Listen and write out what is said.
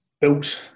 built